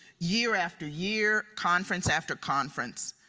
year after year, conference after conference.